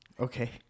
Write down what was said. Okay